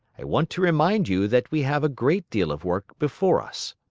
i want to remind you that we have a great deal of work before us.